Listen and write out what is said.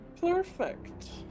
Perfect